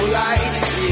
lights